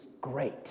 great